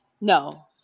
no